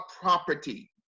property